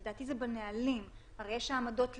והשנייה, לדעתי זה בנהלים, הרי יש העמדות לדין.